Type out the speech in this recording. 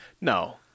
No